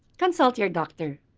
consult your doctor.